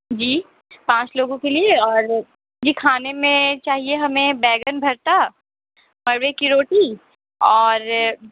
جی پانچ لوگوں کے لیے اور جی کھانے میں چاہیے ہمیں بینگن بھرتا مروے کی روٹی اور